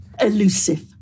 elusive